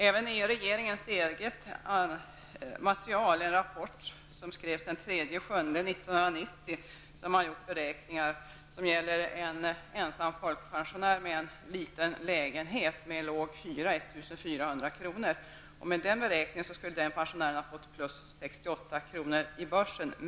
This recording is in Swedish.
Även i regeringens material, en rapport skriven den 3 juli 1990, har det gjorts beräkningar som gäller en ensam folkpensionär med en liten lägenhet med låg hyra, 1 400 kr. i månaden. Med den beräkningen skulle pensionären fått plus 68 kr. i börsen.